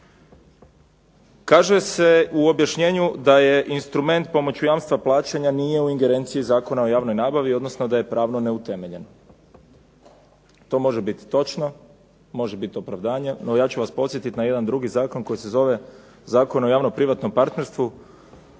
Kaže se u objašnjenju da je instrument pomoću jamstva plaćanja nije u ingerenciji Zakona o javnoj nabavi, odnosno da je pravno neutemeljen. To može biti točno, može biti opravdanja. No, ja ću vas podsjetiti na jedan drugi zakon koji se zove Zakon o javno-privatnom partnerstvu